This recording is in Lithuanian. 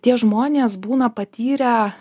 tie žmonės būna patyrę